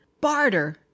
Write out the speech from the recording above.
Barter